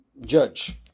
judge